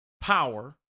power